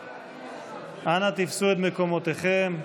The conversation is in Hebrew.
אנא, תפסו את מקומותיכם.